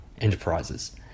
enterprises